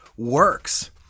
works